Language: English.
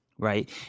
Right